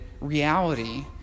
reality